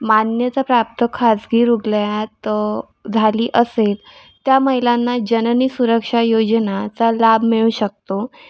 मान्यताप्राप्त खासगी रुग्णालयात झाली असेल त्या महिलांना जननी सुरक्षा योजनाचा लाभ मिळू शकतो